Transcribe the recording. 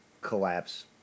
collapse